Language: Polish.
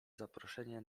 zaproszenie